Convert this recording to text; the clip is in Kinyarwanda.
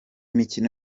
mikino